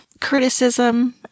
criticism